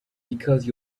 because